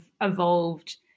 evolved